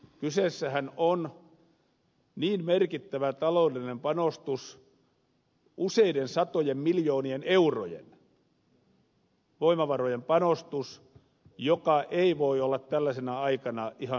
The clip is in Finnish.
kyseessähän on niin merkittävä taloudellinen panostus useiden satojen miljoonien eurojen voimavarojen panostus että se ei voi olla tällaisena aikana ihan sivujuonne